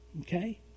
Okay